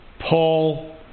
Paul